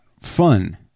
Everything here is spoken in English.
fun